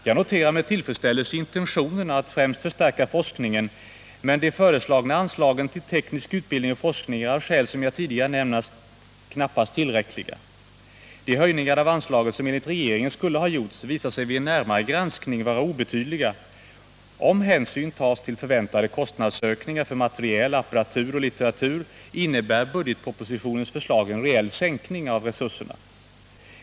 Jag noterar red tillfredsställelse intentionerna att främst förstärka forskningen, men de föreslagna anslagen till teknisk utbildning och forskning är, av skäl som jag tidigare nämnt, knappast tillräckliga. De höjningar av anslagen, som enligt regeringen skulle ha gjorts, visar sig vid en närmare granskning vara obetydliga. Om hänsyn tas till förväntade kostnadsökningar för materiel, apparatur och litteratur innebär budgetpropositionens förslag en reell sänkning av resurserna.